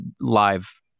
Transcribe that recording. live